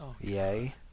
yay